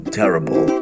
terrible